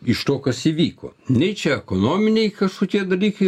iš to kas įvyko nei čia ekonominiai kažkokie dalykai